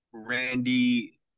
Randy